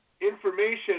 information